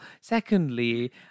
Secondly